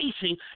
facing